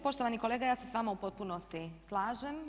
Poštovani kolega, ja se s vama u potpunosti slažem.